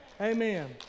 Amen